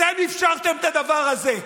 אתם אפשרתם את הדבר הזה,